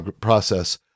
process